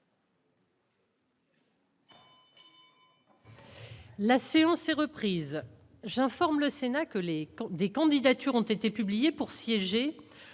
La séance est reprise j'informe le Sénat que les des candidatures ont été publiés pour siéger